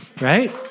Right